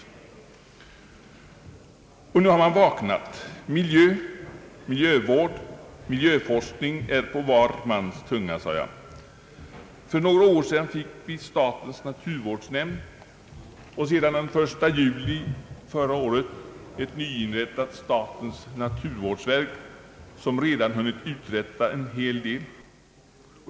Nu har man vaknat. Miljö, miljövård, miljöforskning är, som jag sade, på var mans tunga. För några år sedan fick vi statens naturvårdsnämnd och den 1 juli förra året ett nyinrättat statens naturvårdsverk, som redan hunnit uträtta en hel del.